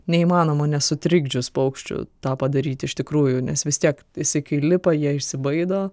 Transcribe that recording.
neįmanoma nesutrikdžius paukščių tą padaryti iš tikrųjų nes vis tiek jisai kai lipa jie išsibaido